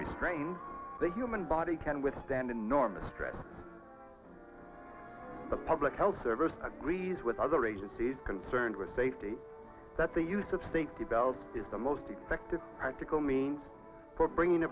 restrain the human body can withstand enormous stress the public health service agrees with other agencies concerned with safety that the use of safety valve is the most effective article means for bringing